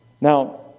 Now